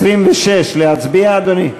26, להצביע, אדוני?